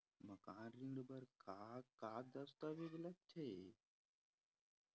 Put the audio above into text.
मकान ऋण बर का का दस्तावेज लगथे?